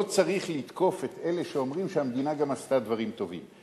לא צריך לתקוף את אלה שאומרים שהמדינה גם עשתה דברים טובים,